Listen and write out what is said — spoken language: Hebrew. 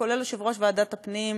כולל יושב-ראש ועדת הפנים,